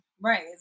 Right